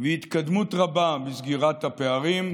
והתקדמות רבה בסגירת הפערים,